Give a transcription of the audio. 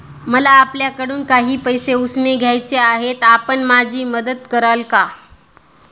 मला आपल्याकडून काही पैसे उसने घ्यायचे आहेत, आपण माझी मदत कराल का?